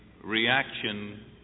reaction